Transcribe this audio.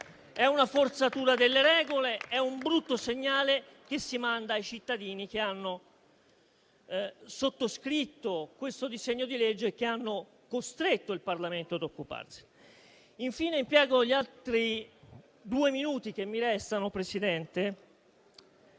È una forzatura delle regole ed è un brutto segnale che si manda ai cittadini che hanno sottoscritto questo disegno di legge e che hanno costretto il Parlamento ad occuparsene. Infine, impiego così i due minuti che mi restano, signor